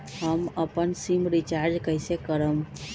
हम अपन sim recharge कइसे करम?